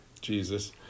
Jesus